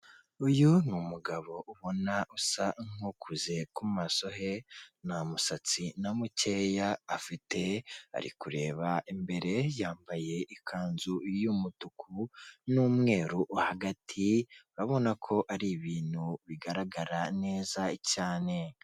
Uyu ni umugabo ubona usa nk'ukuze ku maso he nta musatsi na mukeya afite ari kureba imbere yambaye ikanzu y'umutuku n'umweru hagati urabona ko ari ibintu bigaragara neza cyane .